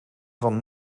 van